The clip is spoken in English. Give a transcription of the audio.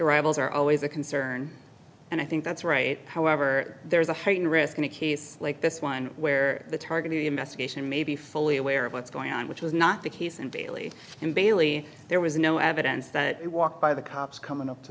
arrivals are always a concern and i think that's right however there is a heightened risk in a case like this one where the target of the investigation may be fully aware of what's going on which was not the case and daily in bailey there was no evidence that he walked by the cops coming up to